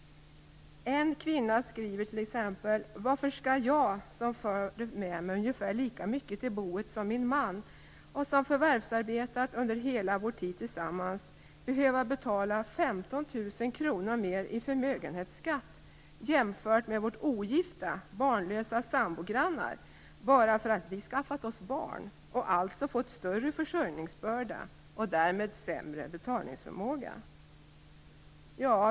En kvinna skriver t.ex.: Varför skall jag, som förde med mig ungefär lika mycket till boet som min man och som förvärsvarbetat under hela vår tid tillsammans, behöva betala 15 000 kr mer i förmögenhetsskatt jämfört med våra ogifta barnlösa sambogrannar bara därför att vi skaffat oss barn och alltså fått större försörjningsbörda och därmed sämre betalningsförmåga?